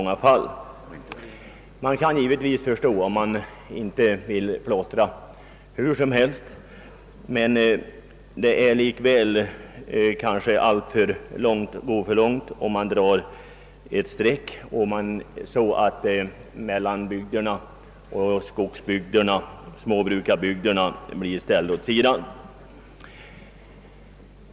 Givetvis kan jag förstå att man inte vill plottra hur som helst, men man går alltför långt om man drar ett streck mellan bygderna, så att skogsbruksoch småbruksområdena blir ställda åt sidan.